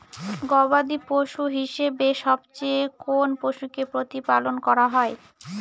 গবাদী পশু হিসেবে সবচেয়ে কোন পশুকে প্রতিপালন করা হয়?